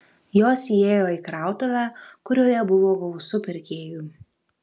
jos įėjo į krautuvę kurioje buvo gausu pirkėjų